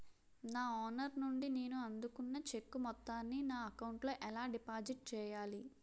నా ఓనర్ నుండి నేను అందుకున్న చెక్కు మొత్తాన్ని నా అకౌంట్ లోఎలా డిపాజిట్ చేయాలి?